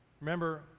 Remember